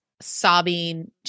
sobbing